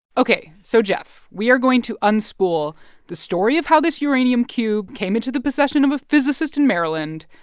ok. so, geoff, we are going to unspool the story of how this uranium cube came into the possession of a physicist in maryland,